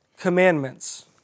commandments